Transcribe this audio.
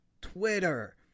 Twitter